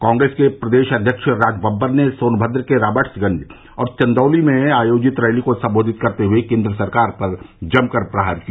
कांग्रेस के प्रदेश अध्यक्ष राजबब्बर ने सोनभद्र के राबर्ट्सगंज और चंदौली में आयोजित रैली को सम्बोधित करते हुए केन्द्र सरकार पर जमकर प्रहार किया